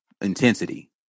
intensity